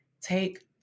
Take